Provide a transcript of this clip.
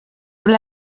però